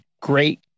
great